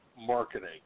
marketing